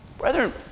Brethren